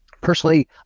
Personally